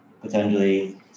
potentially